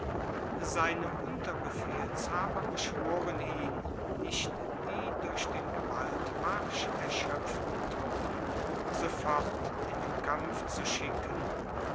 seine unterbefehlshaber beschworen ihn nicht die durch den gewaltmarsch erschöpften truppen sofort in den kampf zu schicken